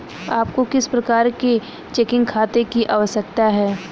आपको किस प्रकार के चेकिंग खाते की आवश्यकता है?